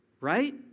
Right